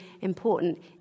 important